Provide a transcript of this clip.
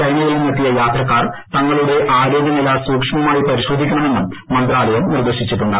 ചൈനയിൽ നിന്നെത്തിയ യാത്രക്കാർ തങ്ങളുടെ ആരോഗ്യനില സൂക്ഷ്മമായി പരിശോധിക്കണമെന്നും മന്ത്രാലയം നിർദ്ദേശിച്ചിട്ടുണ്ട്